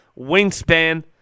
wingspan